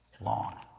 long